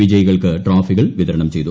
വിജയികൾക്ക് ട്രോഫികൾ വിതരണം ചെയ്തു